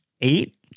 eight